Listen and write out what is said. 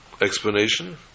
explanation